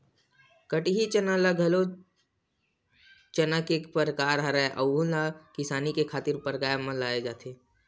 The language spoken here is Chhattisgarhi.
कटही चना घलो चना के एक परकार हरय, अहूँ ला किसानी करे खातिर परियोग म लाये जाथे